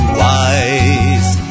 wise